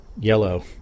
yellow